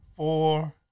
four